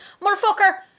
motherfucker